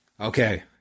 Okay